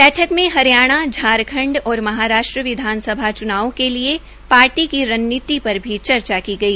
बैठक में हरियाणा झारखंड और महाराष्ट्र विधानसभा च्नावों के लिये पार्टी की रणनीति पर भी चर्चा की गई